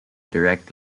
direct